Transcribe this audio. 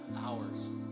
hours